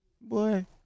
boy